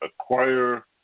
acquire